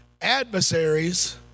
Adversaries